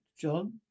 John